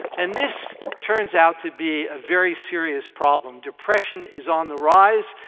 and this turns out to be a very serious problem. depression is on the rise.